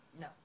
No